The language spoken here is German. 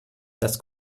das